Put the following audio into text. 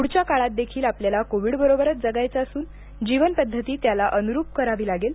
पुढच्या काळात देखील आपल्याला कोविडबरोबरच जगायचं असून जीवनपद्धती त्याला अनुरूप करावी लागेल